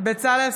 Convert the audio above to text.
בצלאל סמוטריץ'